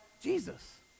Jesus